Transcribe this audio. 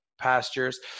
pastures